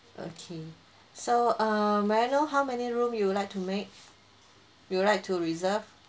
okay so err may I know how many room you would like to make you would like to reserve